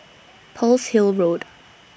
Pearl's Hill Road